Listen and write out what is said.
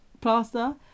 plaster